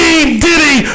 Diddy